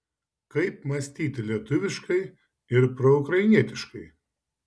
kaip mąstyti lietuviškai ir proukrainietiškai